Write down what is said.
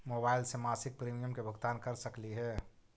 Mobile से मासिक premium के भुगतान कर सकली हे?